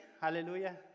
hallelujah